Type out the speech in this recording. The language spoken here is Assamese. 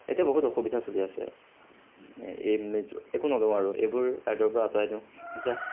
এতিয়া বহুত অসুবিধা চলি আছে একো নলওঁ আৰু এইবোৰ কাৰ্ডৰ পৰা আঁতৰাই দিওঁ যাহ